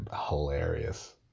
hilarious